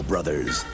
Brothers